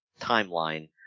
timeline